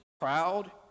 proud